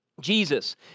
Jesus